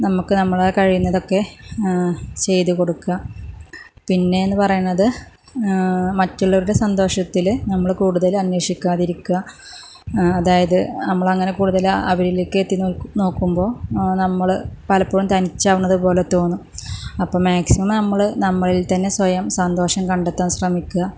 നമുക്ക് നമ്മളാൽ കഴിയുന്നതൊക്കെ ചെയ്തു കൊടുക്കുക പിന്നേ എന്ന് പറയുന്നത് മറ്റുള്ളവരുടെ സന്തോഷത്തില് നമ്മള് കൂടുതല് അന്വേഷിക്കാതിരിക്കുക അതായത് നമ്മളങ്ങനെ കൂടുതല് അവരിലേക്ക് എത്തി നോക്കുമ്പോൾ നമ്മള് പലപ്പോഴും തനിച്ചാവുന്നത് പോലെ തോന്നും അപ്പം മാക്സിമമം നമ്മള് നമ്മളിൽ തന്നെ സ്വയം സന്തോഷം കണ്ടെത്താൻ ശ്രമിക്കുക